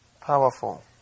Powerful